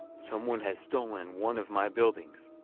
someone has stolen one of my buildings.